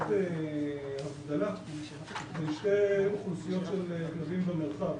הבדלה בין שתי אוכלוסיות של כלבים במרחב.